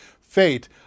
fate